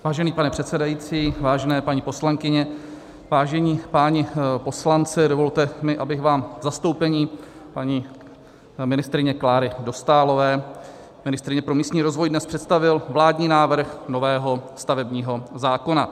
Vážený pane předsedající, vážené paní poslankyně, vážení páni poslanci, dovolte mi, abych vám v zastoupení paní ministryně Kláry Dostálové, ministryně pro místní rozvoj, dnes představil vládní návrh nového stavebního zákona.